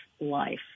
life